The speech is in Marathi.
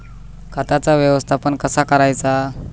खताचा व्यवस्थापन कसा करायचा?